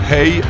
Hey